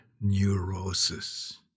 neurosis